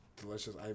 delicious